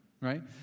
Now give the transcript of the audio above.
right